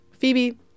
Phoebe